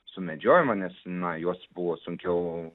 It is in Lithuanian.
sumedžiojimą nes na juos buvo sunkiau